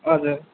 हजुर